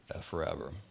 forever